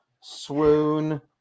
swoon